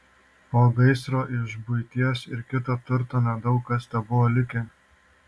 po gaisro iš buities ir kito turto nedaug kas tebuvo likę